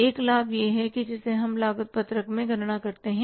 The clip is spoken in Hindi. एक लाभ यह है कि जिसे हम लागत पत्रक में गणना करते हैं